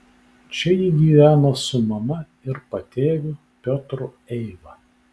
čia ji gyveno su mama ir patėviu piotru eiva